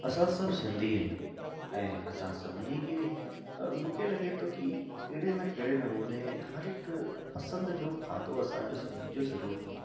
असां सभु सिंधी आहियूं ऐं असां सभिनी खे मूंखे लॻे थो कि कहिड़े न कहिड़े नमूने हरहिक पसंदि जो खाधो असांजो सभिनी जो ज़रूरु हूंदो